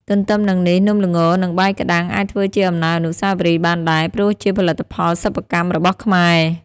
ទន្ទឹមនឹងនេះ នំល្ង និងបាយក្ដាំង អាចធ្វើជាអំណោយអនុស្សាវរីយ៍បានដែរ ព្រោះជាផលិតផលសិប្បកម្មរបស់ខ្មែរ ។